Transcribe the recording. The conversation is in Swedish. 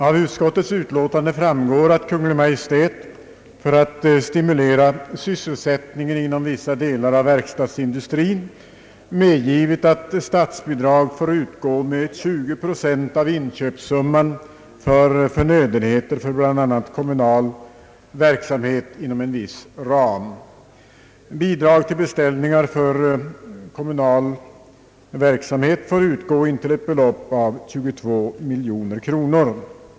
Av utskottsutlåtandet framgår att Kungl. Maj:t, för att stimulera sysselsättningen inom vissa delar av verkstadsindustrin, medgivit att statsbidrag får utgå med 20 procent av inköpssumman för förnödenheter för bl.a. kommunal verksamhet inom en viss ram. Bidrag till beställningar för kommunal verksamhet får utgå intill ett belopp av 22 miljoner kronor.